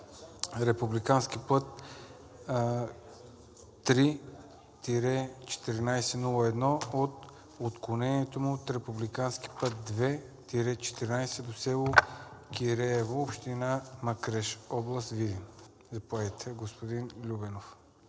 републикански път III-1401 от отклонението му от републикански път II-14 до село Киреево, община Макреш, област Видин. Заповядайте, господин Любен